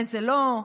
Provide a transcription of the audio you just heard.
איזו לא.